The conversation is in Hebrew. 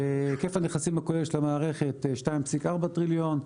היקף הנכסים הכולל של המערכת, 2.4 טריליון.